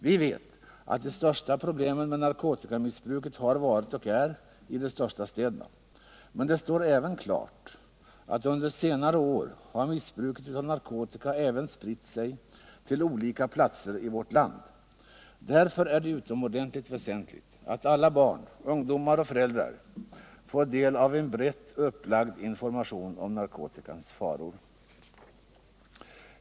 Vi vet att de största problemen med narkotikamissbruket har funnits och finns i de största städerna. Men det står klart att missbruket under senare år även har spritt sig till olika andra platser i vårt land. Därför är det utomordentligt väsentligt att alla barn, ungdomar och föräldrar får del av en brett upplagd information om narkotikans faror.